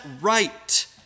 right